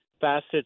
facets